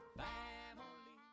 family